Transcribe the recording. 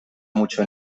mucho